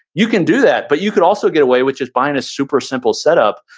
you can do that, but you could also get away with just buying a super simple setup.